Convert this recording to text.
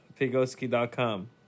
Pigoski.com